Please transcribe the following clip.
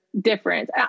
different